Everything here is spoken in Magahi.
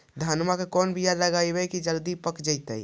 धान के कोन बियाह लगइबै की जल्दी पक जितै?